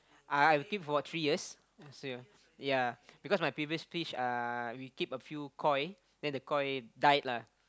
I keep for three years so yeah yeah because my previous fish uh we keep a few koi then the koi died lah